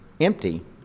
empty